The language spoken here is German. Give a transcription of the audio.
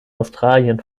australien